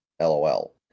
LOL